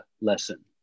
lesson